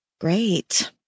Great